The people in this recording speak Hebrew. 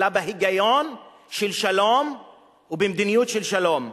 אלא בהיגיון של שלום ובמדיניות של שלום.